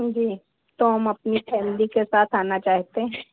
जी तो हम अपनी फैमली के साथ आना चाहते हैं